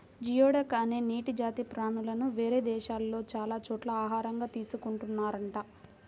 geoduck అనే నీటి జాతి ప్రాణులను వేరే దేశాల్లో చాలా చోట్ల ఆహారంగా తీసుకున్తున్నారంట